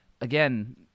again